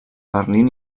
berlín